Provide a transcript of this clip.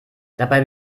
dabei